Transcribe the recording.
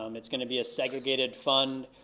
um it's gonna be a segregated fund.